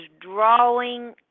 drawing